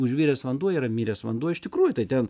užviręs vanduo yra miręs vanduo iš tikrųjų tai ten